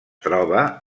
troba